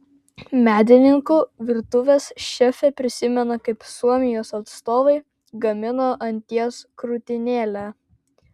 medininkų virtuvės šefė prisimena kaip suomijos atstovai gamino anties krūtinėlę